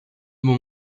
mon